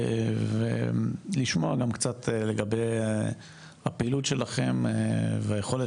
ולשמוע גם קצת לגבי הפעילות שלכם והיכולת